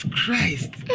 Christ